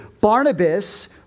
Barnabas